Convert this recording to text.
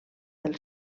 del